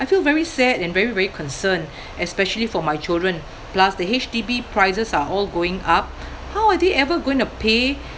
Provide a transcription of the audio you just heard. I feel very sad and very very concerned especially for my children plus the H_D_B prices are all going up how are they ever gonna pay